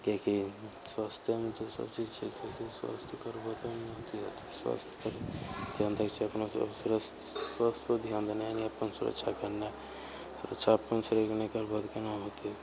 किआकि स्वास्थ्येमे तऽ सब चीज छै किआकि स्वास्थ्य करबऽ तब ने अथी होतय स्वास्थ्यपर ध्यान दैके चाही स्वास्थ्यपर ध्यान देनाय यानि अपन सुरक्षा करनाय सुरक्षा अपन शरीरके नहि करबहो तऽ केना होतय